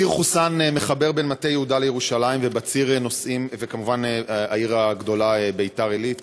ציר חוסאן מחבר בין מטה-יהודה לירושלים וכמובן העיר הגדולה ביתר-עילית.